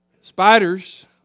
Spiders